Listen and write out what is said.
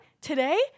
today